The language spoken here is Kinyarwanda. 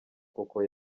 koko